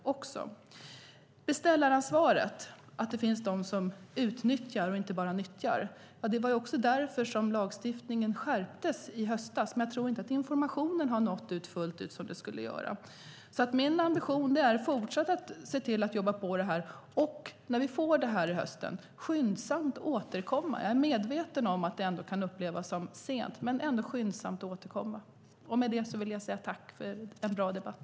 När det gäller beställaransvaret och att det finns de som utnyttjar och inte bara nyttjar var det därför lagstiftningen skärptes i höstas. Jag tror dock inte att informationen har nått ut fullt ut som den skulle. Min ambition är alltså att fortsatt jobba på detta och att, när vi får detta till hösten, skyndsamt återkomma. Jag är medveten om att det ändå kan upplevas som sent, men jag ska skyndsamt återkomma. Med detta vill jag säga tack för en bra debatt.